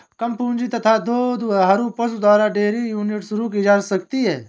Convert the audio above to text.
कम पूंजी तथा दो दुधारू पशु द्वारा डेयरी यूनिट शुरू की जा सकती है